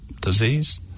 disease